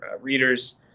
readers